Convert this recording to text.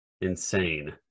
insane